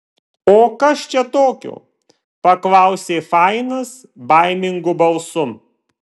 o kas čia tokio paklausė fainas baimingu balsu